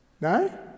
No